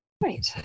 Right